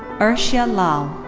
arshiya lal.